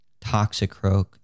Toxicroak